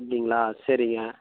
அப்படீங்களா சரிங்க